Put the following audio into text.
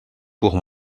pour